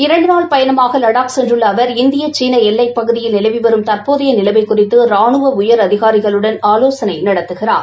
இரண்டு நாள் பயணமாக லடாக் சென்றுள்ள அவர் இந்தியா சீனா எல்லைப் பகுதியில் நிலவி வரும் தற்போதைய நிலைமை குறித்து ரானுவ உயரதிகாரிகளுடன் ஆலோசனை நடத்துகிறார்